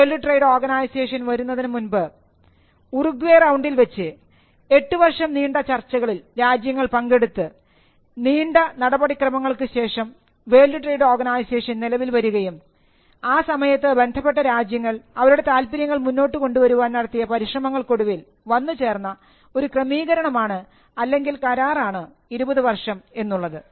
world trade organisation വരുന്നതിനുമുൻപ് മുൻപ് Uruguay റൌണ്ടിൽ വെച്ച് എട്ടുവർഷം നീണ്ട ചർച്ചകളിൽ രാജ്യങ്ങൾ പങ്കെടുത്ത് നീണ്ട നടപടിക്രമങ്ങൾക്ക് ശേഷം വേൾഡ് ട്രേഡ് ഓർഗനൈസേഷൻ നിലവിൽ വരികയും ആ സമയത്ത് ബന്ധപ്പെട്ട രാജ്യങ്ങൾ അവരുടെ താൽപര്യങ്ങൾ മുന്നോട്ടു കൊണ്ടുവരുവാൻ നടത്തിയ പരിശ്രമങ്ങൾക്കൊടുവിൽ വന്നുചേർന്ന ഒരു ക്രമീകരണമാണ് അല്ലെങ്കിൽ കരാറാണ് 20 വർഷം എന്നുള്ളത്